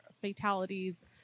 fatalities